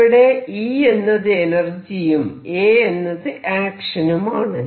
ഇവിടെ E എന്നത് എനർജിയും A എന്നത് ആക്ഷനുമാണ്